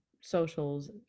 socials